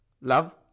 Love